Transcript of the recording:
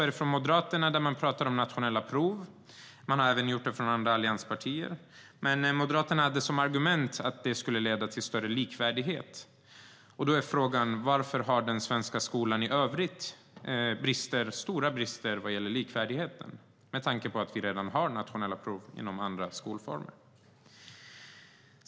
Moderaterna och även andra allianspartier talar om nationella prov. Moderaterna hade som argument att det skulle leda till större likvärdighet. Då är frågan: Varför har den svenska skolan i övrigt stora brister när det gäller likvärdighet med tanke på att vi redan har nationella prov inom andra skolformer?